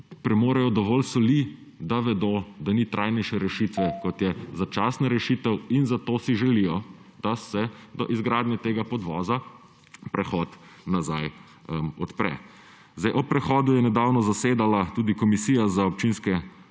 premorejo dovolj soli, da vedo, da ni trajnejše rešitve, kot je začasna rešitev. Zato si želijo, da se do izgradnje tega podvoza prehod nazaj odpre. O prehodu je nedavno zasedala tudi komisija za nivojske